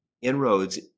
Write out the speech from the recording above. inroads